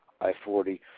I-40